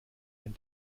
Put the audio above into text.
ein